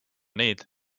neid